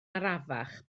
arafach